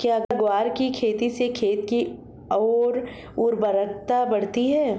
क्या ग्वार की खेती से खेत की ओर उर्वरकता बढ़ती है?